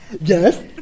Yes